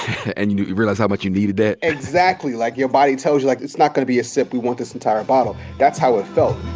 and you you realize how much you needed it. exactly. like, your body tells you like, it's not gonna be a sip. we want this entire bottle. that's how it felt.